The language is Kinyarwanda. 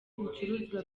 ibicuruzwa